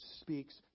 speaks